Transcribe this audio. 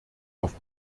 auf